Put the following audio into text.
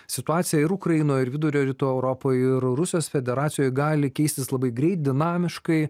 situacija ir ukrainoj ir vidurio rytų europoj ir rusijos federacijoj gali keistis labai greit dinamiškai